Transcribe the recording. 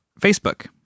Facebook